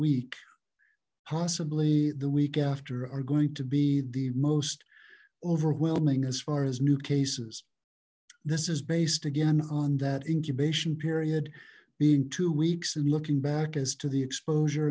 week possibly the week after are going to be the most overwhelming as far as new cases this is based again on that incubation period being two weeks and looking back as to the exposure